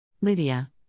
Lydia